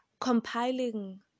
compiling